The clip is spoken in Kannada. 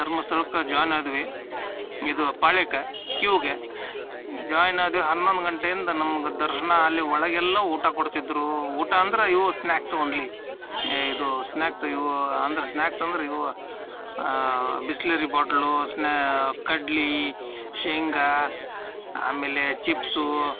ಧರ್ಮಸ್ಥಳಕ್ಕೆ ಜಾಯಿನ್ ಆದ್ವಿ ಇದು ಪಾಳ್ಯಾಕ್ಕ ಕ್ಯೂಗೆ ಜಾಯ್ನ್ ಆದ್ವಿ ಹನ್ನೊಂದು ಗಂಟೆಯಿಂದ ನಮ್ಗೆ ದರ್ಶನ ಅಲ್ಲಿ ಒಳಗೆಲ್ಲ ಊಟ ಕೊಡ್ತಿದ್ದರು ಊಟ ಅಂದ್ರೆ ಇವು ಸ್ನಾಕ್ಸ್ ಓನ್ಲಿ ಏ ಇದು ಸ್ನಾಕ್ಸ್ ಇವು ಅಂದರೆ ಸ್ನಾಕ್ಸ್ ಅಂದ್ರೆ ಇವು ಬಿಸ್ಲೆರಿ ಬಾಟ್ಲು ಸ್ನ್ಯಾ ಕಡ್ಲೆ ಶೇಂಗಾ ಆಮೇಲೆ ಚಿಪ್ಸೂ